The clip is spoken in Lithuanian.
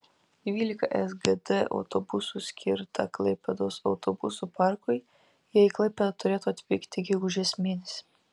dvylika sgd autobusų skirta klaipėdos autobusų parkui jie į klaipėdą turėtų atvykti gegužės mėnesį